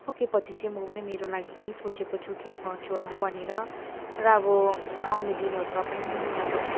सकेपछि चाहिँ म पनि मेरो लागि केही सोचेको छु केही गर्छु होला भनेर र अब आउने दिनहरूमा पनि अब